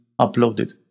uploaded